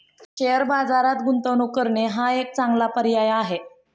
share बाजारात गुंतवणूक करणे हा एक चांगला पर्याय आहे